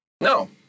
No